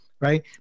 right